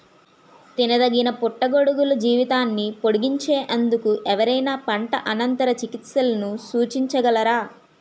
తినదగిన పుట్టగొడుగుల జీవితాన్ని పొడిగించేందుకు ఎవరైనా పంట అనంతర చికిత్సలను సూచించగలరా?